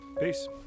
Peace